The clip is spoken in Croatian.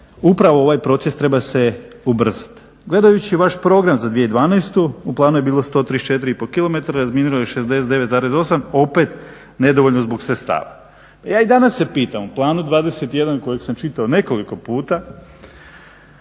upravo ovaj proces treba se ubrzati. Gledajući vaš program za 2012.u planu je 134,5 km, razminirano je 69,8, opet nedovoljno zbog sredstava. A i danas se pitamo, Planu 21 kojeg sam čitao nekoliko puta